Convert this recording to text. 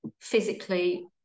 physically